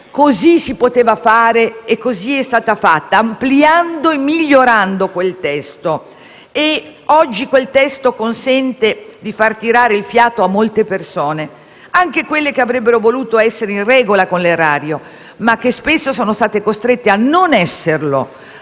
così si poteva fare e così è stata fatta, ampliando e migliorando quel testo. Oggi quel testo consente di far tirare il fiato a molte persone, anche quelle che avrebbero voluto essere in regola con l'erario ma che spesso sono state costrette a non esserlo